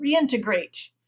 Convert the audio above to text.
reintegrate